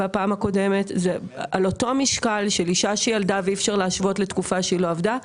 זה על אותו משקל של אישה שילדה ואי אפשר להשוות לתקופה שהיא לא עבדה.